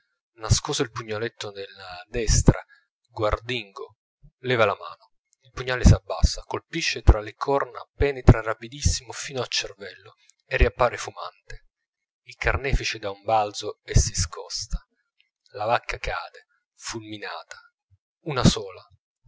nascoso il pugnaletto nella destra guardingo leva la mano il pugnale s'abbassa colpisce tra le corna penetra rapidissimo fin nel cervello e riappare fumante il carnefice dà un balzo e si scosta la vacca cade fulminata una sola